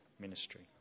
ministry